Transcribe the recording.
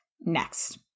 next